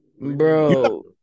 Bro